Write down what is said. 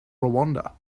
rwanda